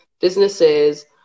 businesses